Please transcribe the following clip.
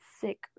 sick